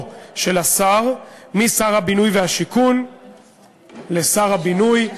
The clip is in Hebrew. של השר משר הבינוי והשיכון לשר הבינוי.